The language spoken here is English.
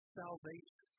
salvation